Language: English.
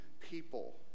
people